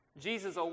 Jesus